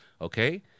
Okay